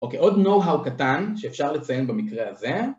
אוקיי, עוד know-how קטן שאפשר לציין במקרה הזה.